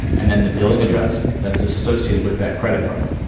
and then the billing address that's associated with that credit card.